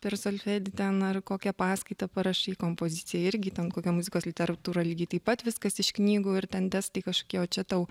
per solfedį ten ar kokią paskaitą parašai kompozicijai irgi ten kokia muzikos literatūra lygiai taip pat viskas iš knygų ir ten testai kažkokie o čia tau